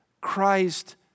Christ